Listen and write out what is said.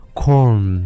corn